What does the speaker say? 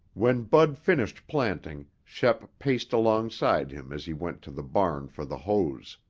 when bud finished planting, shep paced alongside him as he went to the barn for the hose.